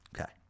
Okay